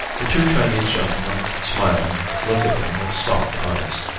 the two chinese gentlemen, smiling, look at them with soft eyes.